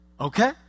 okay